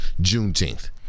Juneteenth